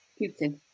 Putin